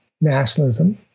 nationalism